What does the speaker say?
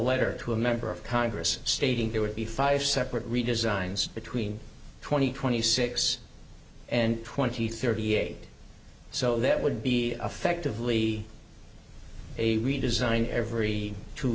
letter to a member of congress stating there would be five separate redesigns between twenty twenty six and twenty thirty eight so that would be effectively a redesign every two